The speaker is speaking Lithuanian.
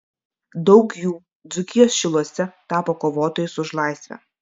daug jų dzūkijos šiluose tapo kovotojais už laisvę